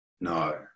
No